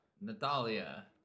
Natalia